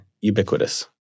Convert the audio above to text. ubiquitous